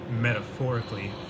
metaphorically